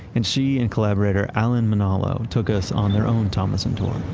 and she and collaborator alan manolo took us on their own thomasson tour.